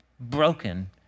broken